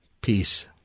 Peace